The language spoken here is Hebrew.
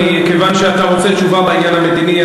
כיוון שאתה רוצה תשובה בעניין המדיני,